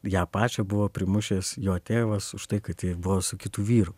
ją pačią buvo primušęs jo tėvas už tai kad ji buvo su kitu vyru